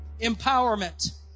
Empowerment